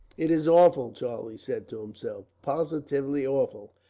it is awful, charlie said to himself, positively awful.